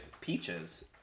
peaches